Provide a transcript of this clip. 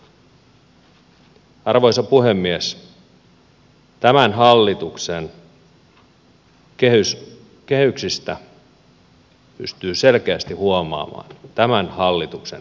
tämän hallituksen kehyksistä pystyy selkeästi huomaamaan tämän hallituksen arvomaailman